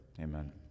amen